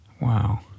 Wow